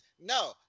no